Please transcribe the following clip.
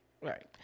Right